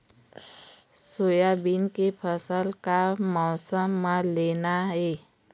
Soybean के फसल का मौसम म लेना ये?